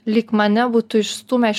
lyg mane būtų išstūmę iš